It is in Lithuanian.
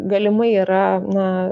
galimai yra na